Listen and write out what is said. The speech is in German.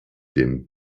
dem